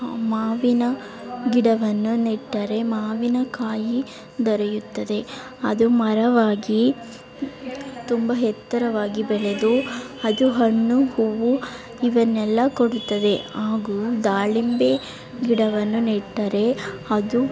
ಮಾವಿನ ಗಿಡವನ್ನು ನೆಟ್ಟರೆ ಮಾವಿನಕಾಯಿ ದೊರೆಯುತ್ತದೆ ಅದು ಮರವಾಗಿ ತುಂಬ ಎತ್ತರವಾಗಿ ಬೆಳೆದು ಅದು ಹಣ್ಣು ಹೂವು ಇವನ್ನೆಲ್ಲ ಕೊಡುತ್ತದೆ ಹಾಗೂ ದಾಳಿಂಬೆ ಗಿಡವನ್ನು ನೆಟ್ಟರೆ ಅದು